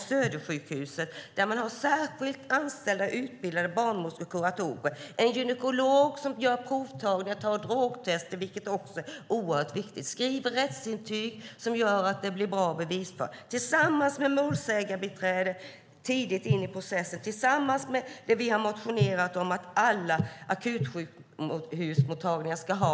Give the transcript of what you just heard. På Södersjukhuset har man särskilt anställda utbildade barnmorskor och kuratorer, en gynekolog som gör provtagningar och drogtester, vilket är oerhört viktigt, samt skriver rättsintyg som gör att det blir bra bevis. Dessa ska tillsammans med målsägandebiträde komma in tidigt i processen.